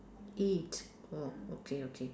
eight oh okay okay